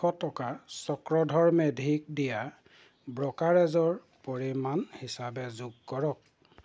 সাতশ টকা চক্ৰধৰ মেধিক দিয়া ব্ৰ'কাৰেজৰ পৰিমাণ হিচাপে যোগ কৰক